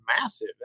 massive